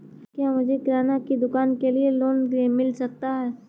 क्या मुझे किराना की दुकान के लिए लोंन मिल सकता है?